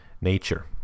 nature